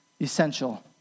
essential